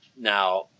Now